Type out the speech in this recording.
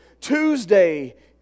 Tuesday